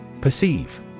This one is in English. Perceive